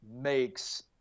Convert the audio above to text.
makes